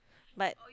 but